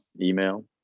email